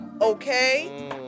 okay